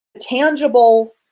tangible